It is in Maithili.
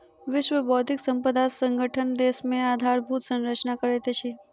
विश्व बौद्धिक संपदा संगठन देश मे आधारभूत संरचना करैत अछि